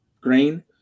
grain